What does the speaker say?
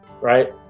right